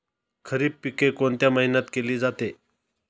खरीप पिके कोणत्या महिन्यात केली जाते?